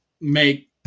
make